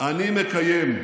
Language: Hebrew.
אני מקיים.